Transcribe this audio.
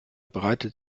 breitet